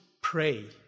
pray